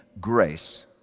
grace